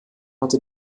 hatte